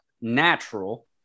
natural